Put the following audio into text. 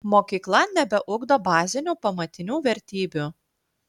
mokykla nebeugdo bazinių pamatinių vertybių